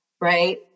right